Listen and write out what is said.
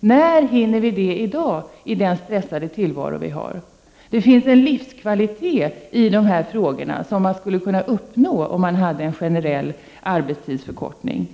När hinner vi med detta i dag, i den stressade tillvaro vi lever i? Det finns här en livskvalitet som man skulle kunna uppnå med en generell arbetstidsförkortning.